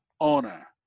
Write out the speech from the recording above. owner